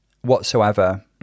whatsoever